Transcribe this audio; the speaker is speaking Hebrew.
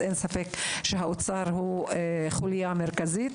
אין ספק שהאוצר הוא חוליה מרכזית,